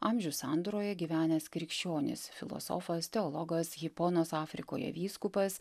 amžių sandūroje gyvenęs krikščionis filosofas teologas hiponos afrikoje vyskupas